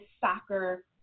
soccer